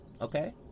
okay